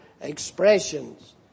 expressions